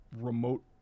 remote